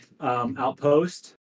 outpost